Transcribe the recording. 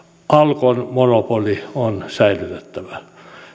alkon monopoli on säilytettävä